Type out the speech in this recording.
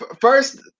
first